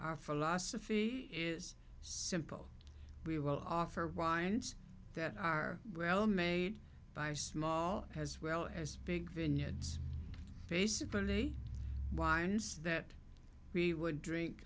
our philosophy is simple we will offer wines that are well made by small as well as big vineyards basically wines that we would drink